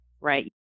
right